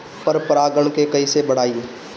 पर परा गण के कईसे बढ़ाई?